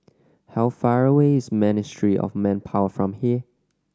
how far away is Ministry of Manpower from here